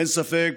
אין ספק,